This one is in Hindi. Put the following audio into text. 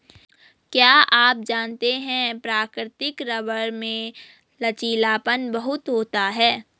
क्या आप जानते है प्राकृतिक रबर में लचीलापन बहुत होता है?